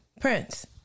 Prince